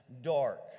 dark